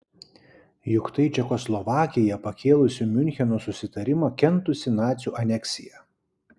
juk tai čekoslovakija pakėlusi miuncheno susitarimą kentusi nacių aneksiją